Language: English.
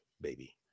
baby